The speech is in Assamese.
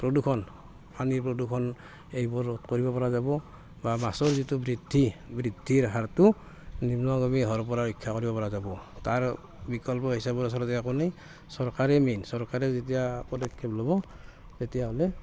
প্ৰদূষণ পানীৰ প্ৰদূষণ এইবোৰ ৰোধ কৰিব পৰা যাব বা মাছৰ যিটো বৃদ্ধি বৃদ্ধিৰ হাৰটো নিম্নগামী হোৱাৰ পৰা ৰক্ষা কৰিব পৰা যাব তাৰ বিকল্প হিচাপে আচলতে একো নাই চৰকাৰেই মেইন চৰকাৰে যেতিয়া পদক্ষেপ ল'ব তেতিয়াহ'লে